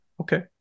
Okay